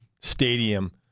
stadium